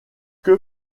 que